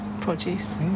produce